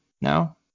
now